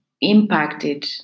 impacted